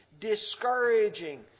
discouraging